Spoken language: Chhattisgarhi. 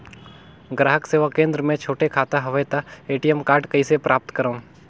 ग्राहक सेवा केंद्र मे छोटे खाता हवय त ए.टी.एम कारड कइसे प्राप्त करव?